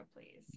please